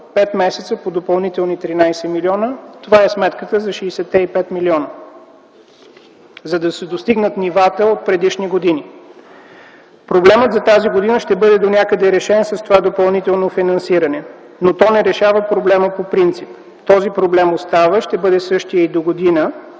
месеца по допълнителни 13 милиона. Това е сметката за 65-те милиона, за да се достигнат нивата от предишни години. Проблемът за тази година ще бъде донякъде решен с това допълнително финансиране, но то не решава проблема по принцип. Този проблем остава. Ще бъде същият и догодина